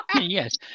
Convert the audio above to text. Yes